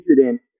incident